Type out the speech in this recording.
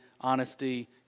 honesty